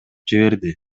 жиберди